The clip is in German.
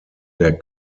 der